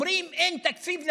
אומרים: אין תקציב לתוכנית.